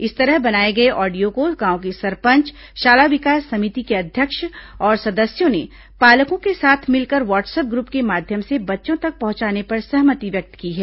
इस तरह बनाए गए ऑडियो को गांव की सरपंच शाला विकास समिति के अध्यक्ष और सदस्यों ने पालकों के साथ मिलकर वाट्सअप ग्रुप के माध्यम से बच्चों तक पहुंचाने पर सहमति व्यक्त की है